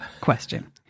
question